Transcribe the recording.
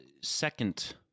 second